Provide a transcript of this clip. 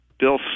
Bill